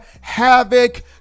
havoc